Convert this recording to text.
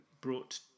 Brought